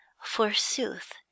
forsooth